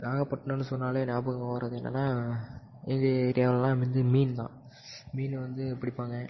நாகப்பட்டினம்னு சொன்னாலே ஞாபகம் வரது என்னெனா எங்கள் ஏரியாவில் மீன் தான் மீன் வந்து பிடிப்பாங்க